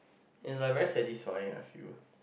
it's like very satisfying I feel